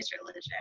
religion